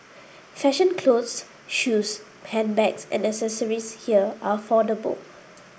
fashion clothes shoes handbags and accessories here are affordable